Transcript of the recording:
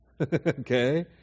okay